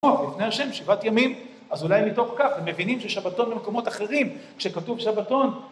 לפני ה' שבעת ימים, אז אולי מתוך כך, הם מבינים ששבתון במקומות אחרים, כשכתוב שבתון